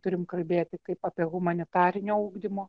turim kalbėti kaip apie humanitarinio ugdymo